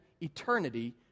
eternity